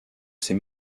ces